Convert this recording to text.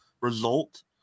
result